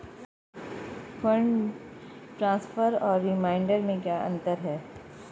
Fund transfer और remittance में क्या अंतर है?